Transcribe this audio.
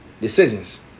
decisions